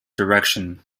direction